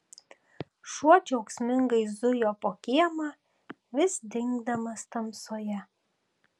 šuo džiaugsmingai zujo po kiemą vis dingdamas tamsoje